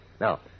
Now